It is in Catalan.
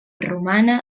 romana